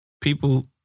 People